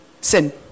Sin